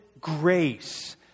grace